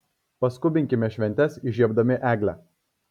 paskubinkime šventes įžiebdami eglę